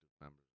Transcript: members